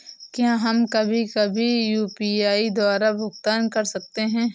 क्या हम कभी कभी भी यू.पी.आई द्वारा भुगतान कर सकते हैं?